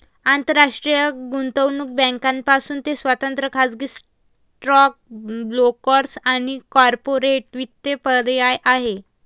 आंतरराष्ट्रीय गुंतवणूक बँकांपासून ते स्वतंत्र खाजगी स्टॉक ब्रोकर्स आणि कॉर्पोरेट वित्त पर्यंत आहे